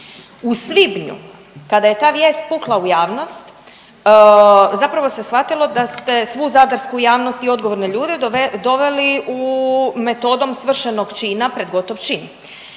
U svibnju kada je ta vijest pukla u javnost zapravo se shvatilo da ste svu zadarsku javnost i odgovorne ljude doveli u, metodom svršenog čina pred gotov čin,